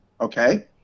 Okay